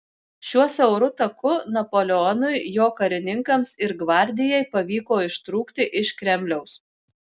šiuo siauru taku napoleonui jo karininkams ir gvardijai pavyko ištrūkti iš kremliaus